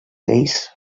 lleis